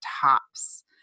tops